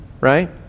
Right